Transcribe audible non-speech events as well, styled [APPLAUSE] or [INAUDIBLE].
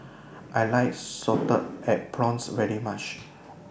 I like Salted [NOISE] Egg Prawns very much